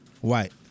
White